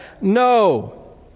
no